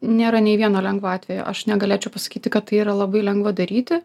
nėra nei vieno lengvo atvejo aš negalėčiau pasakyti kad tai yra labai lengva daryti